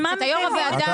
אתה יו"ר הוועדה.